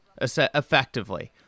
effectively